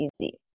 easy